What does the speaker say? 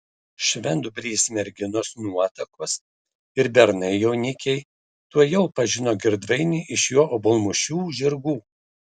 švendubrės merginos nuotakos ir bernai jaunikiai tuojau pažino girdvainį iš jo obuolmušių žirgų